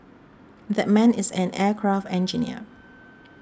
that man is an aircraft engineer